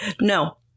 no